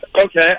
Okay